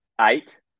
eight